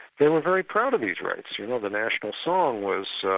they were very proud of these rights, you know the national song was